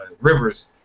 Rivers